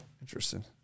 Interesting